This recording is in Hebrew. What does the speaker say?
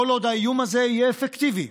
כל עוד האיום הזה יהיה אפקטיבי,